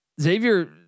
Xavier